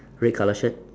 red colour shirt